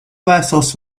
vessels